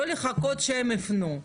לא לחכות שהם יפנו,